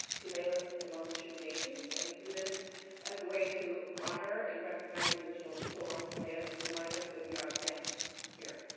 tulalip and muckilshoot nations and we do this as a way to honor and recognize the original people on the land and to remind us that we are guests here.